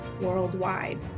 worldwide